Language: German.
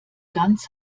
ganz